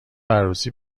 عروسی